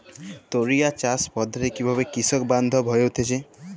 টোরিয়া চাষ পদ্ধতি কিভাবে কৃষকবান্ধব হয়ে উঠেছে?